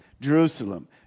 Jerusalem